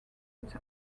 its